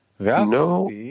No